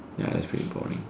ya that's pretty boring